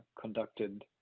conducted